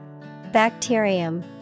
Bacterium